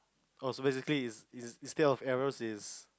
oh so basically is instead of arrows its